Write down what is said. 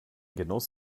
genuss